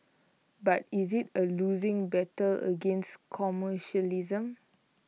but is IT A losing battle against commercialism